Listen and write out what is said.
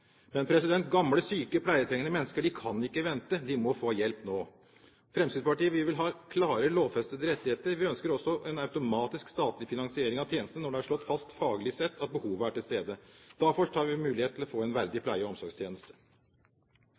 Men gamle syke og pleietrengende mennesker kan ikke vente, de må få hjelp nå. Fremskrittspartiet vil ha klare lovfestede rettigheter. Vi ønsker også en automatisk statlig finansiering av tjenestene når det faglig sett er slått fast at behovet er til stede. Da først har vi mulighet til å få en verdig pleie- og omsorgstjeneste.